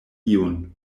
iun